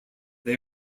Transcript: they